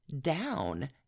down